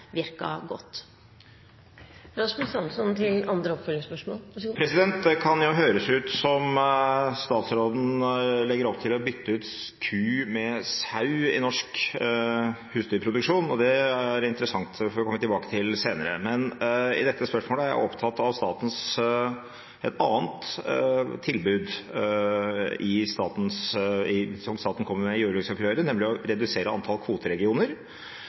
Det kan jo høres ut som om statsråden legger opp til å bytte ut ku med sau i norsk husdyrproduksjon, og det er interessant. Det får vi komme tilbake til senere. Men i dette spørsmålet er jeg opptatt av et annet tilbud som staten kommer med i jordbruksoppgjøret, nemlig å redusere antall kvoteregioner.